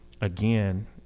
again